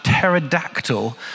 pterodactyl